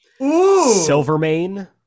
Silvermane